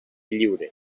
lliure